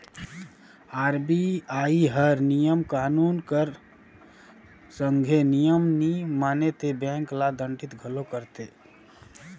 RBI हर नियम कानून कर संघे नियम नी माने ते बेंक ल दंडित घलो करथे